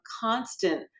constant